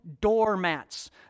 doormats